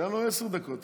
תן לו עשר דקות,